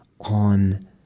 on